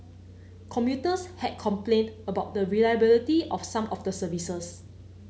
commuters had complained about the reliability of some of the services